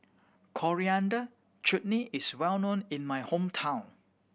Coriander Chutney is well known in my hometown